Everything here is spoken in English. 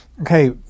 okay